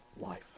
life